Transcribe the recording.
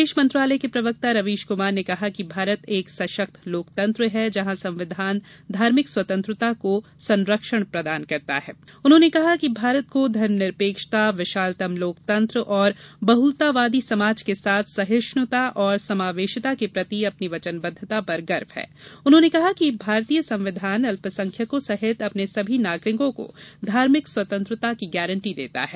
विदेश मंत्रालय के प्रवक्ता रवीश कुमार ने कहा कि भारत एक सशक्त लोकतंत्र है जहां संविधान धार्मिक स्वतंत्रता को संरक्षण प्रदान करता है उन्होंने कहा है कि भारत को धर्मनिरपेक्षता विशालतम लोकतंत्र और बहुलतावादी समाज के साथ सहिष्णुता और समावेशिता के प्रति अपनी वचनबद्धता पर गर्व हैं उन्होंने कहा कि भारतीय संविधान अल्पसंख्यकों सहित अपने सभी नागरिकों को धार्मिक स्वतंत्रता की गांरटी देता हैं